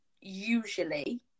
usually